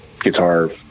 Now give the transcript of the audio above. guitar